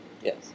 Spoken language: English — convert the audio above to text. Yes